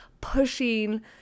pushing